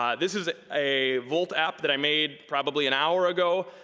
um this is a volt app that i made probably an hour ago.